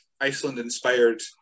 Iceland-inspired